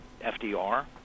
FDR